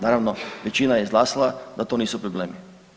Naravno, većina je izglasala da to nisu problemi.